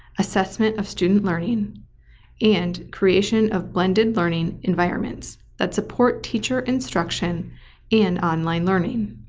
assessment of student learning and creation of blended learning environments that support teacher instruction and online learning.